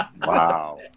Wow